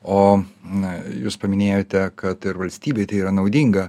o na jūs paminėjote kad ir valstybei tai yra naudinga